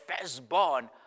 firstborn